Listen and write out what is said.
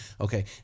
okay